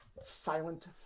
silent